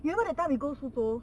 you know that time we go 福州